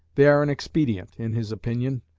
they are an expedient, in his opinion,